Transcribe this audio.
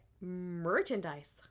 merchandise